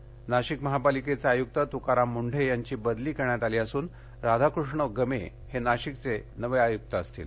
मुंढे नाशिक महापालिकेचे आयुक्त तुकाराम मुंढे यांची बदली करण्यात आली असून राधाकृष्ण गमे हे नाशिकचे नवे आयुक्त असतील